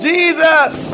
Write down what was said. Jesus